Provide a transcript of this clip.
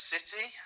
City